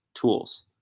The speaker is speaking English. tools